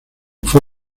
fue